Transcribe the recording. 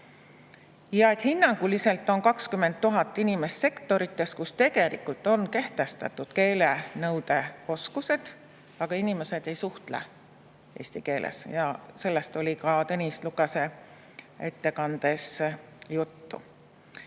Ja hinnanguliselt on 20 000 inimest sektorites, kus tegelikult on kehtestatud keeleoskuse nõuded, aga inimesed ei suhtle eesti keeles. Ja sellest oli ka Tõnis Lukase ettekandes juttu.